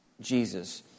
Jesus